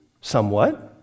somewhat